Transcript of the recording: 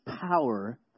power